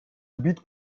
gebied